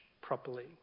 properly